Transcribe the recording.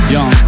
Young